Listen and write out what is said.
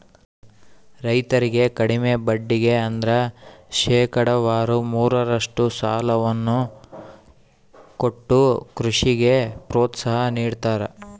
ರೈತರಿಗೆ ಕಡಿಮೆ ಬಡ್ಡಿಗೆ ಅಂದ್ರ ಶೇಕಡಾವಾರು ಮೂರರಷ್ಟು ಸಾಲವನ್ನ ಕೊಟ್ಟು ಕೃಷಿಗೆ ಪ್ರೋತ್ಸಾಹ ನೀಡ್ತದರ